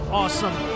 awesome